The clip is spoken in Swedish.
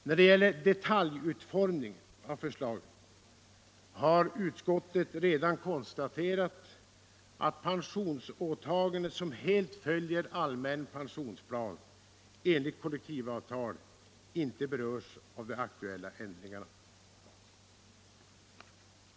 När det gäller detaljutformningen av förslaget har utskottet redan konstaterat att pensionsåtaganden som helt följer allmän pensionsplan enligt kollektivavtal inte berörs av de aktuella ändringarna.